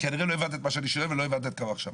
כנראה לא הבנת את מה שאני שואל ולא הבנת את קו המחשבה.